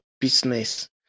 business